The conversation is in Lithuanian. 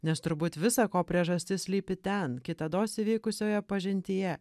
nes turbūt visa ko priežastis slypi ten kitados įvykusioje pažintyje